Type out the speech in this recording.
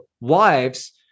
wives